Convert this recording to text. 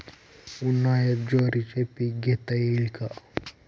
उन्हाळ्यात ज्वारीचे पीक घेता येईल का?